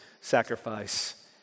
sacrifice